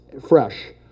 fresh